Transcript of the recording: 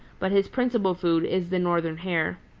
but his principal food is the northern hare.